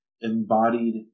embodied